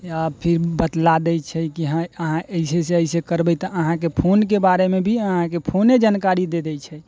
आओर फेर बतला दै छै कि हँ अहाँ अइसे अइसे करबै तऽ अहाँके फोनके बारेमे भी अहाँके फोने जानकारी दऽ दै छै